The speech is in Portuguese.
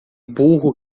burro